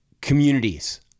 communities